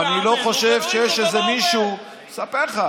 אני אספר לך.